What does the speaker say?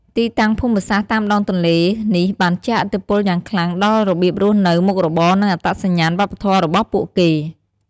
ទីតាំងភូមិសាស្ត្រតាមដងទន្លេនេះបានជះឥទ្ធិពលយ៉ាងខ្លាំងដល់របៀបរស់នៅ មុខរបរ និងអត្តសញ្ញាណវប្បធម៌របស់ពួកគេ។